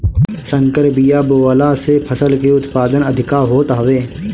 संकर बिया बोअला से फसल के उत्पादन अधिका होत हवे